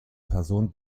person